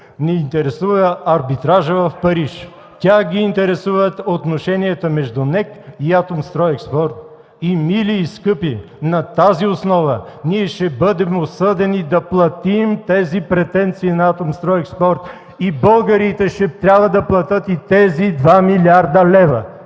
не интересува Арбитража в Париж. Тях ги интересуват отношенията между НЕК и „Атомстройекспорт”. Мили и скъпи, на тази основа ние ще бъдем осъдени да платим тези претенции на „Атомстройекспорт” и българите ще трябва да платят и тези два милиарда лева.